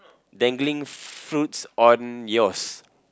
dangling fruits on yours